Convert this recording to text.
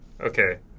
okay